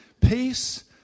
Peace